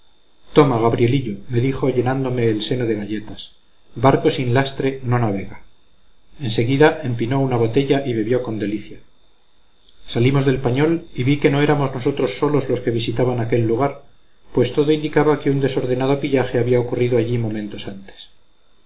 toma gabrielillo me dijo llenándome el seno de galletas barco sin lastre no navega en seguida empinó una botella y bebió con delicia salimos del pañol y vi que no éramos nosotros solos los que visitaban aquel lugar pues todo indicaba que un desordenado pillaje había ocurrido allí momentos antes